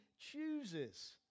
chooses